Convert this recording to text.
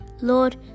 Lord